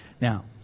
Now